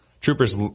Troopers